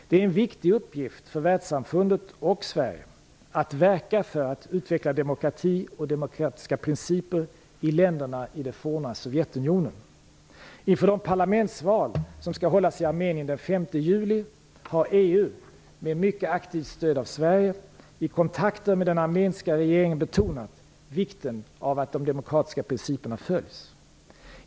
Det är en viktig uppgift för världssamfundet och Sverige att verka för att utveckla demokrati och demokratiska principer i länderna i det forna Sovjetunionen. Inför de parlamentsval som skall hållas i Armenien den 5 juli har EU, med mycket aktivt stöd av Sverige, i kontakter med den armeniska regeringen betonat vikten av att de demokratiska principerna följs.